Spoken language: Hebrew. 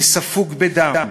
וספוג בדם